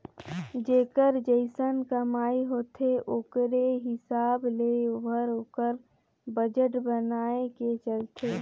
जेकर जइसन कमई होथे ओकरे हिसाब ले ओहर ओकर बजट बनाए के चलथे